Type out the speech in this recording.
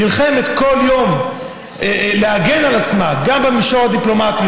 נלחמת כל יום להגן על עצמה גם במישור הדיפלומטי,